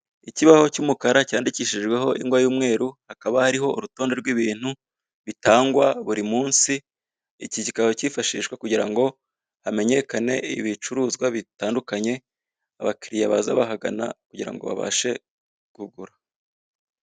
Ikibaho cy'umukara cyandikishijweho ingwa y'umweru, hakaba hariho urutonde rw'ibintu bitangwa buri munsi. Iki kikaba cyifashishwa kugirango hamenyekane ibicuruzwa bitandukanye abakiriya baza bahagana kugirango babashe kugura.